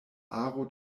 aro